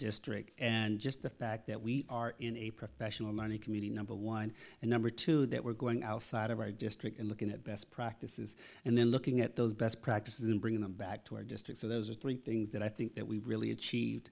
district and just the fact that we are in a professional money community number one and number two that we're going outside of our district and looking at best practices and then looking at those best practices and bringing them back to our district so those are three things that i think that we've really ach